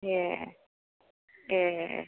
ए ए